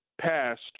passed